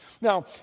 Now